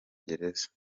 gereza